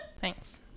Thanks